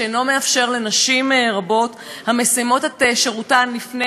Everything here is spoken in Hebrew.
שאינו מאפשר לנשים רבות המסיימות את שירותן לפני